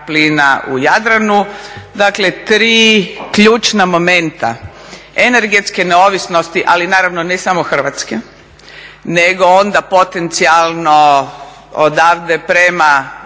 u Jadranu. Dakle, tri ključna momenta energetske neovisnosti, ali naravno ne samo Hrvatske, nego onda potencijalno odavde prema